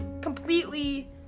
Completely